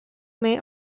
may